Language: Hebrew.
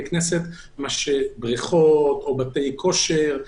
כנסת היא לא פחותה מבריכות וחדרי כושר.